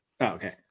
Okay